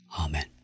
Amen